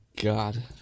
God